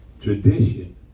tradition